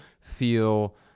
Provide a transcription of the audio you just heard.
feel